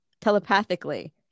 telepathically